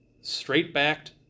straight-backed